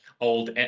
old